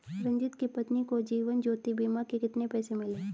रंजित की पत्नी को जीवन ज्योति बीमा के कितने पैसे मिले?